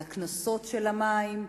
על הקנסות של המים,